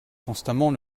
constamment